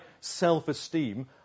self-esteem